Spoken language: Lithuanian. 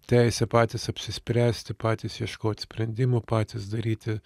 teisę patys apsispręsti patys ieškot sprendimų patys daryti